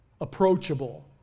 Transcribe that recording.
approachable